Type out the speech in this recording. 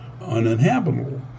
uninhabitable